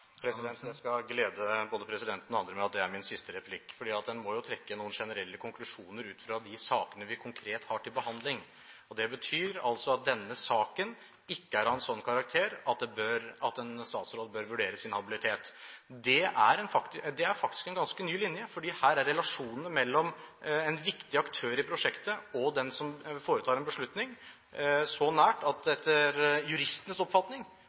skal glede både presidenten og andre med at dette er min siste replikk. En må jo trekke noen generelle konklusjoner ut fra de sakene vi konkret har til behandling. Det betyr altså at denne saken ikke er av en sånn karakter at en statsråd bør vurdere sin habilitet. Det er faktisk en ganske ny linje, fordi her er relasjonene mellom en viktig aktør i prosjektet og den som foretar en beslutning, så nære at etter juristenes oppfatning burde habiliteten vært vurdert. Da er det interessant å merke seg at det største regjeringspartiet er av en helt annen oppfatning